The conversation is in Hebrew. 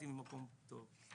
באתי ממקום טוב.